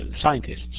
scientists